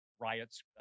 riots